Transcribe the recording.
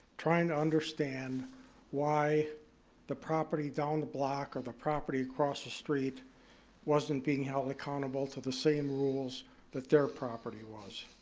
trying to understand why the property down the block or the property across the street wasn't being held accountable to the same rules that their property was.